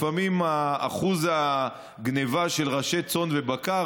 לפעמים אחוז הגנבה של ראשי צאן ובקר,